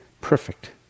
perfect